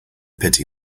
pity